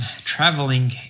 traveling